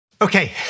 Okay